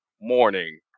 morning